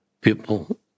people